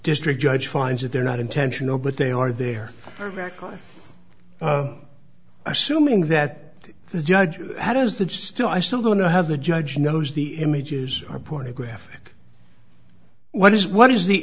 district judge finds that they're not intentional but they are there americans assuming that the judge how does that still i still want to have the judge knows the images are pornographic what is what is the